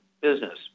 business